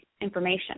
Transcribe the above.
information